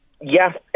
Yes